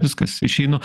viskas išeinu